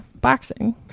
boxing